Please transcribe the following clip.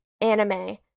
anime